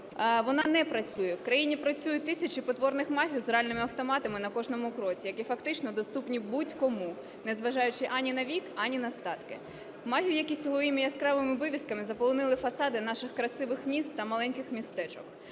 Вона не працює. В країні працюють тисячі потворних МАФів з гральними автоматами на кожному кроці, які фактично доступні будь-кому, незважаючи ані на вік, ані на статки, МАФів, які своїми яскравими вивісками заполонили фасади наших красивих міст та маленьких містечок.